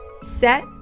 set